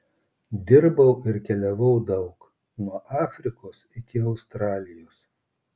dirbau ir keliavau daug nuo afrikos iki australijos